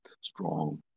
strong